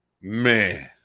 Man